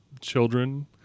children